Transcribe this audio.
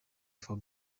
for